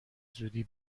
زودی